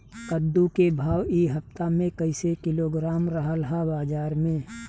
कद्दू के भाव इ हफ्ता मे कइसे किलोग्राम रहल ह बाज़ार मे?